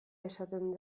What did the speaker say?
esaten